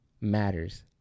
matters